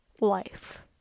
life